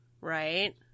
Right